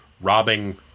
robbing